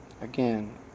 Again